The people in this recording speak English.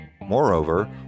Moreover